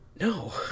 No